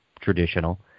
traditional